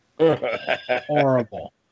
horrible